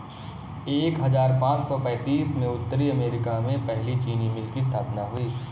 एक हजार पाँच सौ पैतीस में उत्तरी अमेरिकी में पहली चीनी मिल की स्थापना हुई